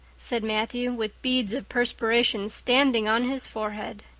said matthew, with beads of perspiration standing on his forehead.